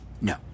no